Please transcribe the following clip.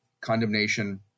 condemnation